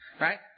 Right